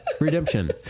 Redemption